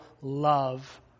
love